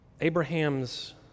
Abraham's